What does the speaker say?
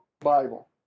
Bible